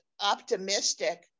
optimistic